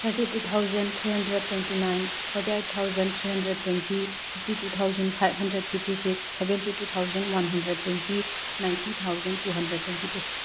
thirty two thousand three hundred twenty nine forty eight thousand three hundred twenty fifty two thousand five hundred fifty six seventy two thousand one hundred twenty ninety thousand two hundred twenty two